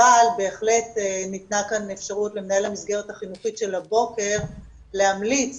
אבל בהחלט ניתנה כאן אפשרות למנהל המסגרת החינוכית של הבוקר להמליץ